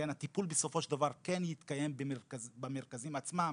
הטיפול בסופו של דבר כן יתקיים במרכזים עצמם,